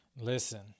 Listen